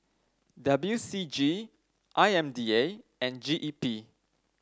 W C G I M D A and G E P